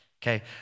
Okay